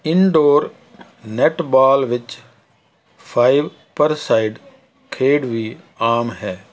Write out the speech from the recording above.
indoor netball ਵਿੱਚ five per side ਖੇਡ ਵੀ ਆਮ ਹੈ